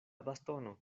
bastono